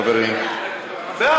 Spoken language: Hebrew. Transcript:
חברים, חברים.